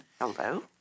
Hello